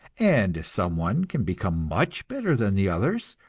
and if some one can become much better than the others,